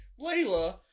Layla